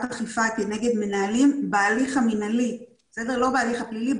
אכיפה כנגד מנהלים בהליך המינהלי ולא בהליך הפלילי.